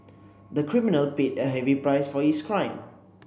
the criminal paid a heavy price for his crime